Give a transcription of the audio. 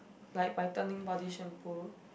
like whitening body shampoo